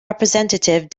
representative